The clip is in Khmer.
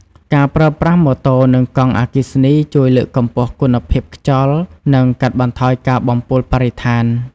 ការប្រើប្រាស់ម៉ូតូនិងកង់អគ្គិសនីជួយលើកកម្ពស់គុណភាពខ្យល់និងកាត់បន្ថយការបំពុលបរិស្ថាន។